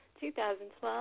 2012